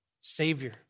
Savior